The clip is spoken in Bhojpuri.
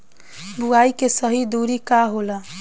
बुआई के सही दूरी का होला?